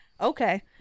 Okay